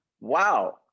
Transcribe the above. Wow